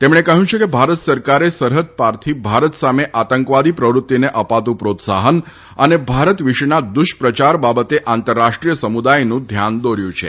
તેમણે કહ્યું કે ભારત સરકારે સરહદ પારથી ભારત સામે આતંકવાદી પ્રવૃતિને અપાતું પ્રોત્સાફન અને ભારત વિશેના દુષ્પ્રયાર બાબતે આંતરરાષ્ટ્રીય સમુદાયનું ધ્યાન દોર્યુ છે